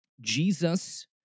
Jesus